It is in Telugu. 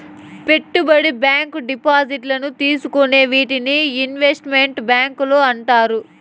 పెట్టుబడి బ్యాంకు డిపాజిట్లను తీసుకోవు వీటినే ఇన్వెస్ట్ మెంట్ బ్యాంకులు అంటారు